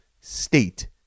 state